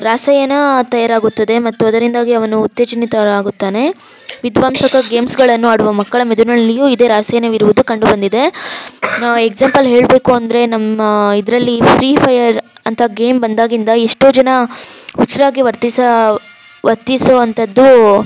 ರಾಸಾಯನ ತಯಾರಾಗುತ್ತದೆ ಮತ್ತು ಅದರಿಂದಾಗಿ ಅವನು ಉತ್ತೇಜಿತರಾಗುತ್ತಾರೆ ವಿಧ್ವಂಸಕ ಗೇಮ್ಸ್ಗಳನ್ನು ಆಡುವ ಮಕ್ಕಳ ಮೆದುನಲ್ಲಿಯೂ ಇದೆ ರಾಸಾಯನವಿರುವುದು ಕಂಡುಬಂದಿದೆ ಎಕ್ಸಾಂಪಲ್ ಹೇಳಬೇಕು ಅಂದರೆ ನಮ್ಮ ಇದರಲ್ಲಿ ಫ್ರೀ ಫಯರ್ ಅಂತ ಗೇಮ್ ಬಂದಾಗಿಂದ ಎಷ್ಟೋ ಜನ ಹುಚ್ಚರಾಗಿ ವರ್ತಿಸ ವರ್ತಿಸುವಂಥದ್ದು